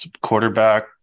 Quarterback